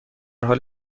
حال